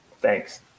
thanks